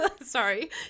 sorry